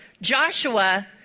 Joshua